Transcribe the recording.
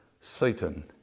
Satan